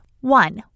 One